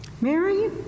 Mary